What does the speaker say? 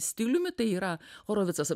stiliumi tai yra horovicas